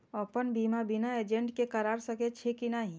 अपन बीमा बिना एजेंट के करार सकेछी कि नहिं?